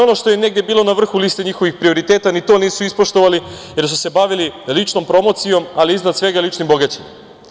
Ono što je negde bilo na vrhu liste njihovih prioriteta ni to nisu ispoštovali, jer su se bavili ličnom promocijom, ali iznad svega ličnim bogaćenjem.